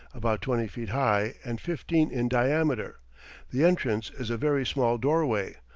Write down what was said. about twenty feet high and fifteen in diameter the entrance is a very small doorway,